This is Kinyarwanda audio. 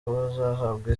bazahabwa